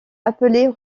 appelés